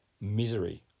misery